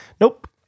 nope